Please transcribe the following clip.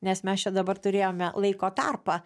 nes mes čia dabar turėjome laiko tarpą